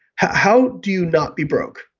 how do you not be broke?